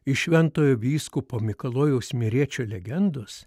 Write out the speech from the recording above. iš šventojo vyskupo mikalojaus miriečio legendos